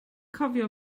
cofio